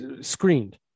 screened